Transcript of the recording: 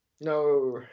No